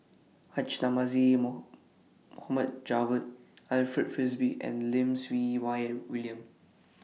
Haji Namazie Mohd Javad Alfred Frisby and Lim Siew Wai William